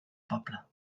poble